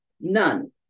none